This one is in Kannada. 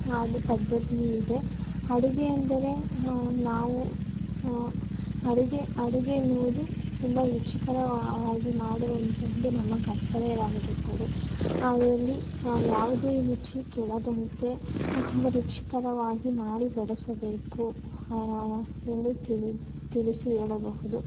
ಅದು ಪದ್ಧತಿಯಿದೆ ಅಡುಗೆಯೆಂದರೆ ನಾವು ಅಡುಗೆ ಅಡುಗೆಯೆನ್ನುವುದು ತುಂಬ ರುಚಿಕರವಾಗಿ ಮಾಡುವಂತದ್ದು ನಮ್ಮ ಕರ್ತವ್ಯವಾಗಿರುತ್ತದೆ ಅದರಲ್ಲಿ ಯಾವುದೇ ರುಚಿ ಕೆಡದಂತೆ ತುಂಬ ರುಚಿಕರವಾಗಿ ಮಾಡಿ ಬಡಿಸಬೇಕು ಎಂದು ತಿಳಿ ತಿಳಿಸಿ ಹೇಳಬಹುದು